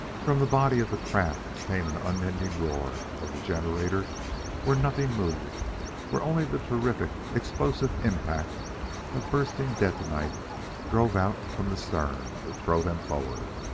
from the body of the craft came an unending roar of a generator where nothing moved where only the terrific, explosive impact of bursting detonite drove out from the stern to throw them forward.